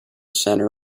center